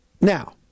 Now